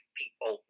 people